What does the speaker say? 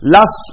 Last